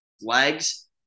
legs